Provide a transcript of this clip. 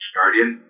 Guardian